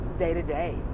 day-to-day